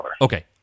Okay